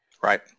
Right